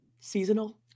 seasonal